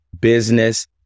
business